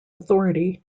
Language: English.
authority